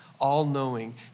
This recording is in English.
all-knowing